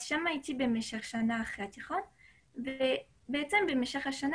שם הייתי במשך שנה אחרי התיכון ובמשך השנה